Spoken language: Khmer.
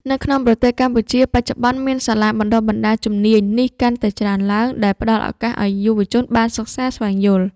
នៅក្នុងប្រទេសកម្ពុជាបច្ចុប្បន្នមានសាលាបណ្តុះបណ្តាលជំនាញនេះកាន់តែច្រើនឡើង ដែលផ្តល់ឱកាសឱ្យយុវជនបានសិក្សាស្វែងយល់។